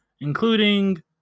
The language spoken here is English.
including